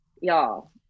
y'all